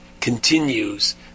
continues